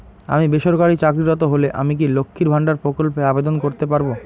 আমি বেসরকারি চাকরিরত হলে আমি কি লক্ষীর ভান্ডার প্রকল্পে আবেদন করতে পারব?